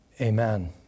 Amen